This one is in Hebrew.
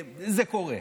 זה קורה.